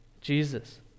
Jesus